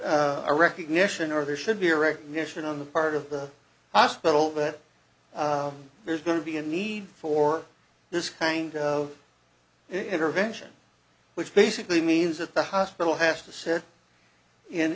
a recognition or there should be a recognition on the part of the hospital that there's going to be a need for this kind of intervention which basically means that the hospital has to sit in